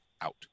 out